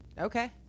Okay